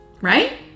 right